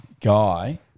guy